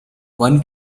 one